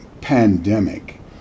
pandemic